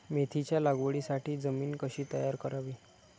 मेथीच्या लागवडीसाठी जमीन कशी तयार करावी?